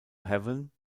heaven